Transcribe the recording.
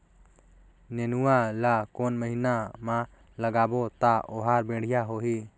नेनुआ ला कोन महीना मा लगाबो ता ओहार बेडिया होही?